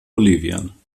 bolivien